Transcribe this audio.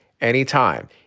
anytime